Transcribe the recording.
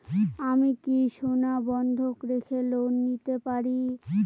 আমি কি সোনা বন্ধক রেখে লোন পেতে পারি?